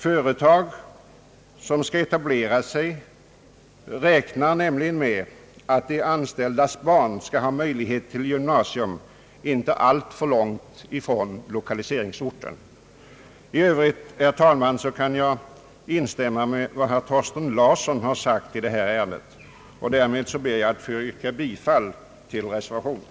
Företag som skall etablera sig önskar som bekant att de anställdas barn skall ha möjlighet till gymnasieutbildning inte alltför långt från lokaliseringsorten. I övrigt, herr talman, kan jag ansluta mig till vad herr Thorsten Larsson sagt i detta ärende och ber att med det anförda få yrka bifall till den av honom m.fl. avgivna reservationen.